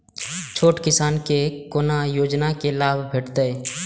छोट किसान के कोना योजना के लाभ भेटते?